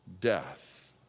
death